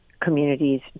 communities